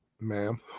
ma'am